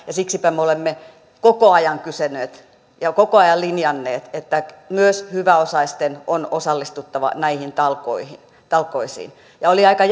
ja siksipä me olemme koko ajan kysyneet ja koko ajan linjanneet että myös hyväosaisten on osallistuttava näihin talkoisiin talkoisiin oli aika